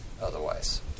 Otherwise